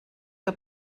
que